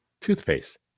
toothpaste